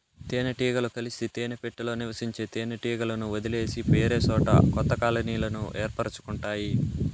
తేనె టీగలు కలిసి తేనె పెట్టలో నివసించే తేనె టీగలను వదిలేసి వేరేసోట కొత్త కాలనీలను ఏర్పరుచుకుంటాయి